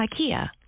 IKEA